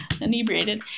inebriated